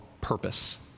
Purpose